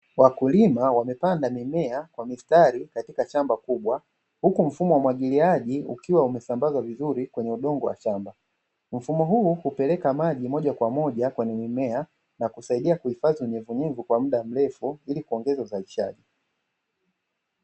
Wakulima wamepanda mimea kwa mistari katika shamba kubwa huku mfumo wa umwagiliaji ukiwa umesambazwa vizuri kwenye udongo wa shamba. Mfumo huu hupeleka maji moja kwa moja kwa mimea na kusaidia kuhifadhi unyevunyevu kwa muda mtefu ili kuongeza uzalishaji.